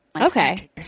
Okay